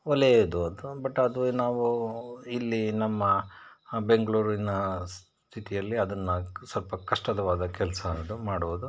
ಒಲೆಯದು ಅದು ಬಟ್ ಅದು ನಾವೂ ಇಲ್ಲಿ ನಮ್ಮ ಬೆಂಗಳೂರಿನ ಸ್ಥಿತಿಯಲ್ಲಿ ಅದನ್ನು ಸ್ವಲ್ಪ ಕಷ್ಟವಾದ ಕೆಲಸ ಅದು ಮಾಡುವುದು